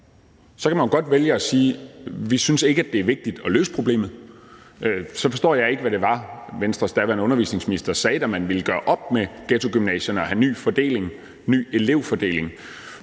der, så godt vælge at sige, at man ikke synes, det er vigtigt at løse problemet. Så forstår jeg ikke, hvad det var, Venstres daværende undervisningsminister sagde, da man ville gøre op med ghettogymnasierne og ville have en ny fordeling, en ny elevfordeling.